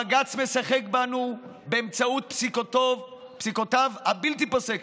הבג"ץ משחק בנו באמצעות פסיקותיו הבלתי-פוסקות,